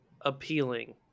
appealing